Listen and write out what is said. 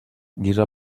guisa